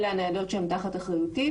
אלה הניידות שהן תחת אחריותי,